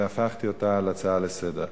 והפכתי אותה להצעה לסדר-היום.